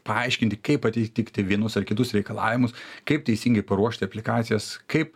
paaiškinti kaip atihtikti vienus ar kitus reikalavimus kaip teisingai paruošti aplikacijas kaip